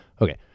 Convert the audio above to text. Okay